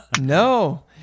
no